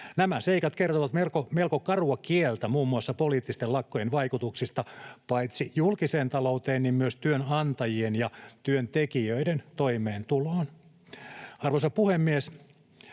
Nämä seikat kertovat melko karua kieltä muun muassa poliittisten lakkojen vaikutuksista paitsi julkiseen talouteen myös työnantajien ja työntekijöiden toimeentuloon. Arvoisa puhemies!